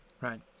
right